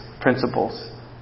principles